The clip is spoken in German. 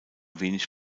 wenig